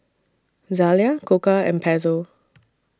Zalia Koka and Pezzo